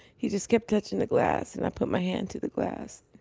he just kept touching the glass and i put my hand to the glass.